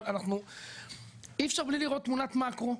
אבל אי אפשר בלי לראות תמונת מקרו,